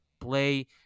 play